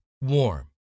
Warm